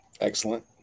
Excellent